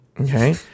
okay